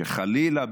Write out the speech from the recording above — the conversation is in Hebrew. שחלילה,